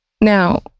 Now